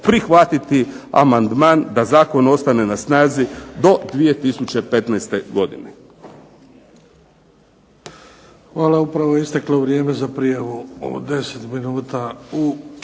prihvatiti amandman da zakon ostane na snazi do 2015. godine.